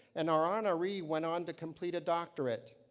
and our honoree went on to complete a doctorate.